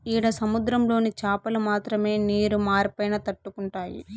ఈడ సముద్రంలోని చాపలు మాత్రమే నీరు మార్పైనా తట్టుకుంటాయి